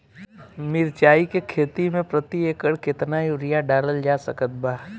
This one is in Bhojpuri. मिरचाई के खेती मे प्रति एकड़ केतना यूरिया डालल जा सकत बा?